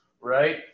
Right